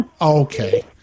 okay